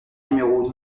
numéro